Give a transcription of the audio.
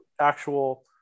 actual